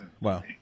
Wow